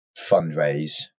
fundraise